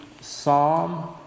Psalm